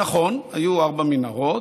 נכון, היו ארבע מנהרות,